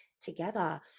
together